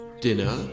dinner